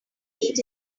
meet